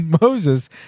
Moses